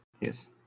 Yes